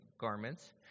garments